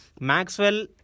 Maxwell